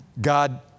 God